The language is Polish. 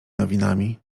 nowinami